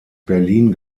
berlin